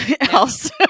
else